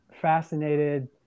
fascinated